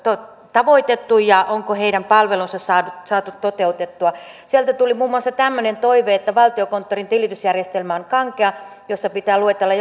tavoitettu ja onko heidän palvelunsa saatu toteutettua sieltä tuli muun muassa tämmöinen huomio että valtiokonttorin tilitysjärjestelmä on kankea ja siinä pitää luetella